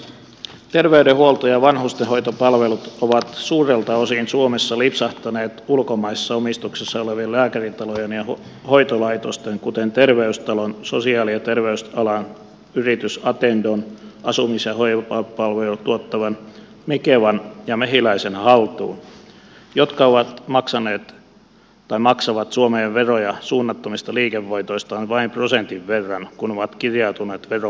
terveydenhuolto ja vanhustenhoitopalvelut ovat suomessa suurelta osin lipsahtaneet ulkomaisessa omistuksessa olevien lääkäritalojen ja hoitolaitosten kuten terveystalon sosiaali ja terveysalan yritys attendon asumis ja hoivapalveluja tuottavan mikevan ja mehiläisen haltuun jotka maksavat suomeen veroja suunnattomista liikevoitoistaan vain prosentin verran kun ovat kirjautuneet veroparatiiseihin